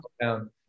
down